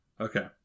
okay